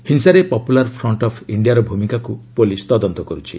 ହିଂସାରେ popular front of ଇଣ୍ଡିଆର ଭୂମିକାକୁ ପୁଲିସ୍ ତଦନ୍ତ କରୁଛି